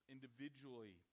Individually